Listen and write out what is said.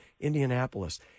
Indianapolis